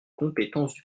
compétences